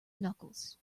knuckles